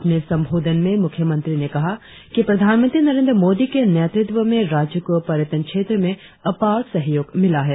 अपने संबोधित में मुख्य मंत्री ने कहा कि प्रधानमंत्री नरेंद्र मोदी के नेतृत्व में राज्य को पर्यटन क्षेत्र में अपार सहयोग मिला है